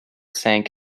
sank